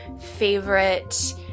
favorite